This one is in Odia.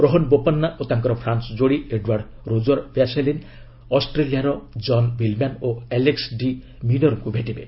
ରୋହନ୍ ବୋପନ୍ନା ଓ ତାଙ୍କର ଫ୍ରାନ୍କ ଯୋଡ଼ି ଏଡ୍ୱାର୍ଡ଼ ରୋକର୍ ବ୍ୟାସେଲିନ୍ ଅଷ୍ଟ୍ରେଲିଆର ଜନ୍ ମିଲ୍ମ୍ୟାନ୍ ଓ ଆଲେକ୍ ଡି ମିନର୍ଙ୍କୁ ଭେଟିବେ